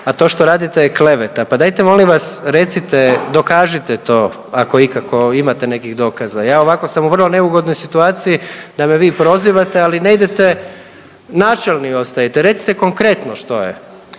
a to što radite je kleveta. Pa dajte molim vas recite, dokažite to ako ikako imate nekih dokaza. Ja ovako sam u vrlo neugodnoj situaciji da me vi prozivate. Ali ne idete, načelni ostajete. Recite konkretno što je.